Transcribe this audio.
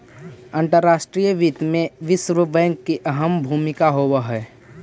अंतर्राष्ट्रीय वित्त में विश्व बैंक की अहम भूमिका होवअ हई